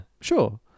sure